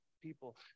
people